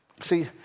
See